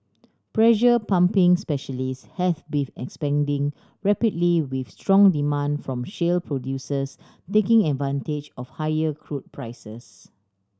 pressure pumping specialist has beef expanding rapidly with strong demand from shale producers taking advantage of higher crude prices